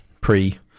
pre-